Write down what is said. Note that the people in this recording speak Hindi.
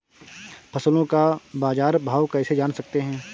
फसलों का बाज़ार भाव कैसे जान सकते हैं?